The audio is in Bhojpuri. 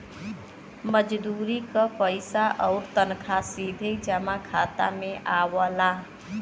मजदूरी क पइसा आउर तनखा सीधे जमा खाता में आवला